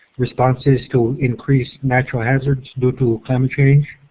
responses to increase natural hazards due to climate change.